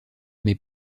mais